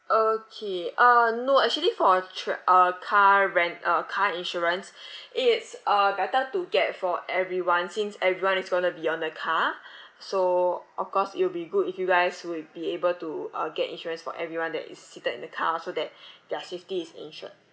okay uh no actually for a tri~ uh car rent uh car insurance it's uh better to get for everyone since everyone is going to be on the car so of course it will be good if you guys would be able to uh get insurance for everyone that is seated in the car so that their safety is ensured